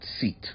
seat